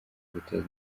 guteza